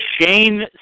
Shane